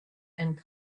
and